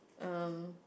um